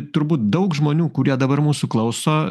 turbūt daug žmonių kurie dabar mūsų klauso